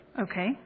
Okay